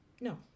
no